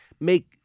make